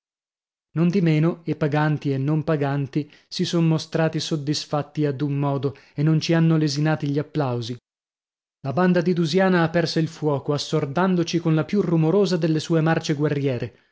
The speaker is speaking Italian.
nondimeno e paganti e non paganti si son mostrati soddisfatti ad un modo e non ci hanno lesinati gli applausi la banda di dusiana aperse il fuoco assordandoci con la più rumorosa delle sue marce guerriere